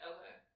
Okay